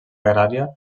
agrària